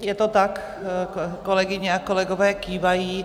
Je to tak, kolegyně a kolegové kývají.